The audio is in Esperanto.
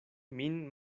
min